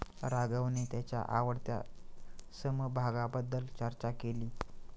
राघवने त्याच्या आवडत्या समभागाबद्दल चर्चा केली